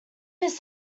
his